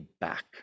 back